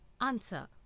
Answer